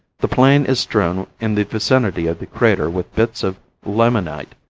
the plain is strewn in the vicinity of the crater with bits of limonite,